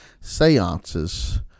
seances